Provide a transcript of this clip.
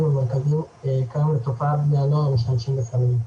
המרכזיים כיום לתופעת בני הנוער המשתמשים בסמים.